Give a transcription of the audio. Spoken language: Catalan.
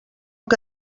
que